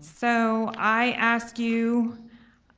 so i ask you